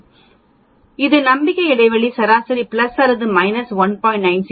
எனவே இது சராசரி பிளஸ் அல்லது மைனஸ் ஆகும் இது நம்பிக்கை இடைவெளி சராசரி பிளஸ் அல்லது மைனஸ் 1